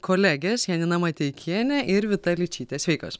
kolegės janina mateikienė ir vita ličytė sveikos